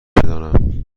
بدانم